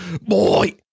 Boy